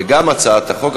וגם הצעת החוק.